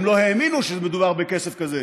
הם לא האמינו שמדובר בכסף כזה.